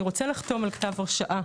אני רוצה לחתום על כתב הרשאה